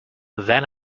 then